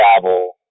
travel